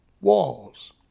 walls